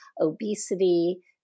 obesity